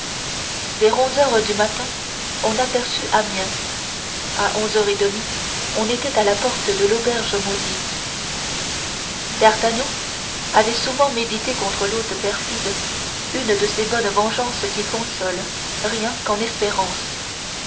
vers onze heures du matin on aperçut amiens à onze heures et demie on était à la porte de l'auberge maudite d'artagnan avait souvent médité contre l'hôte perfide une de ces bonnes vengeances qui consolent rien qu'en espérance